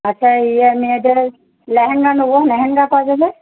আচ্ছা ইয়ে মেয়েদের লেহেঙ্গা নেব লেহেঙ্গা পাওয়া যাবে